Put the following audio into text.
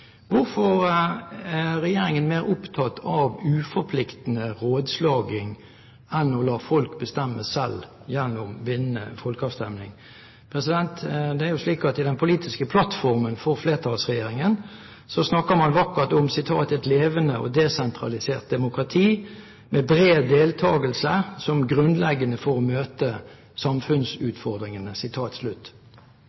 Hvorfor er regjeringen mer opptatt av uforpliktende rådslagning enn å la folk bestemme selv gjennom bindende folkeavstemning? Det er jo slik at i den politiske plattformen for flertallsregjeringen snakker man vakkert om: «Et levende og desentralisert demokrati med bred deltakelse er grunnleggende for å møte